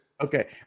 Okay